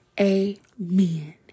Amen